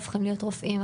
הופכים להיות רופאים,